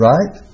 Right